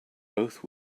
both